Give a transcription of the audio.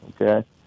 okay